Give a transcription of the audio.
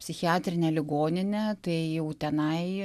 psichiatrinę ligoninę tai jau tenai